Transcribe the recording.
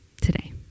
today